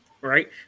right